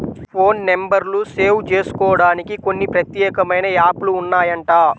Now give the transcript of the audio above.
phone నెంబర్లు save జేసుకోడానికి కొన్ని ప్రత్యేకమైన యాప్ లు ఉన్నాయంట